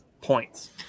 points